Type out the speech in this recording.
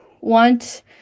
want